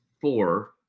four